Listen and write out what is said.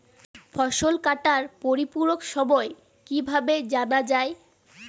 ফসল কাটার পরিপূরক সময় কিভাবে জানা যায়?